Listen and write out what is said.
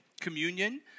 communion